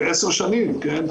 ב-10 שנים, כן?